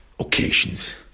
occasions